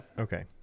Okay